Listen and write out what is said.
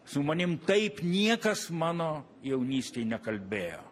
su manim taip niekas mano jaunystėj nekalbėjo